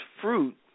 fruit